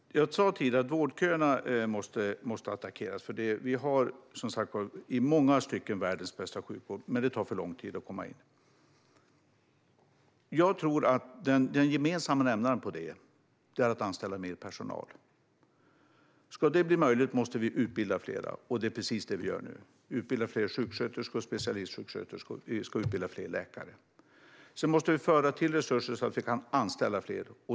Herr talman! Jag sa tidigare att vårdköerna måste attackeras. Vi har i många stycken världens bästa sjukvård, men det tar för lång tid att komma in. Jag tror att den gemensamma nämnaren för det här är att anställa mer personal. Ska det bli möjligt måste vi utbilda fler, och det är precis det vi gör nu. Vi utbildar fler sjuksköterskor och specialistsjuksköterskor, och vi ska utbilda fler läkare. Sedan måste vi föra till resurser så att vi kan anställa fler.